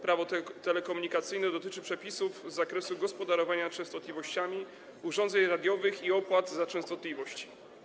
Prawo telekomunikacyjne dotyczy przepisów z zakresu gospodarowania częstotliwościami, urządzeń radiowych i opłat za częstotliwość.